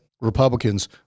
Republicans